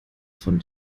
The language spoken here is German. von